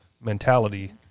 mentality